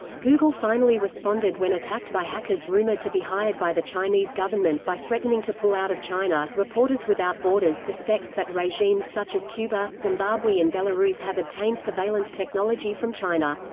google finally responded when attacked by hackers rumoured to be hired by the chinese government by threatening to pull out of china reporters without borders suspects that regimes such as cuba, zimbabwe and belarus have obtained surveillance technology from china.